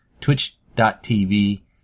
twitch.tv